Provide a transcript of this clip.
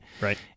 Right